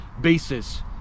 basis